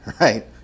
right